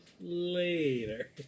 later